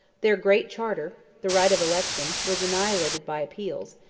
their great charter, the right of election, was annihilated by appeals,